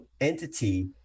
entity